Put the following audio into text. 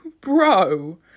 bro